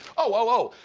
oh,